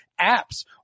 apps